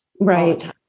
right